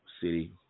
city